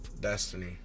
Destiny